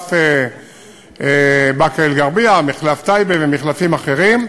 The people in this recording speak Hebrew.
מחלף באקה-אל-ע'רביה, מחלף טייבה ומחלפים אחרים,